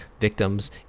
victims